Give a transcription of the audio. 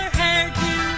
hairdo